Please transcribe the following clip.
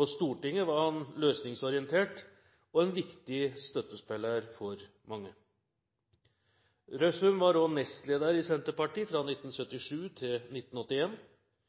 På Stortinget var han løsningsorientert og en viktig støttespiller for mange. Røssum var også nestleder i Senterpartiet fra 1977 til